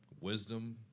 wisdom